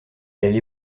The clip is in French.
elle